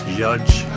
judge